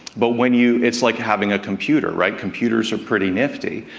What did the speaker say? but when you it's like having a computer, right, computers are pretty nifty,